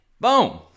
boom